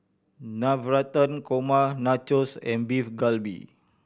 Navratan Korma Nachos and Beef Galbi